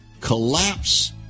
collapse